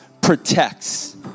protects